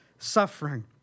suffering